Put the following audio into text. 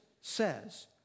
says